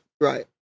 right